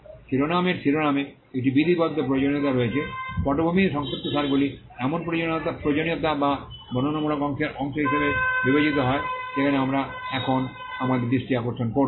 শিরোনামে একটি বিধিবদ্ধ প্রয়োজনীয়তা রয়েছে পটভূমি এবং সংক্ষিপ্তসারগুলি এমন প্রয়োজনীয়তা যা বর্ণনামূলক অংশের অংশ হিসাবে বিবেচিত হয় যেখানে আমরা এখন আমাদের দৃষ্টি আকর্ষণ করব